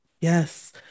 Yes